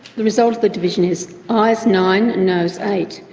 the result of the division is ayes nine, nos eight.